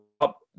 up